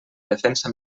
defensa